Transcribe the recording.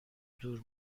دور